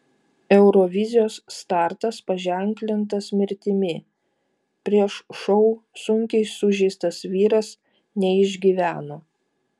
eurovizijos startas paženklintas mirtimi prieš šou sunkiai sužeistas vyras neišgyveno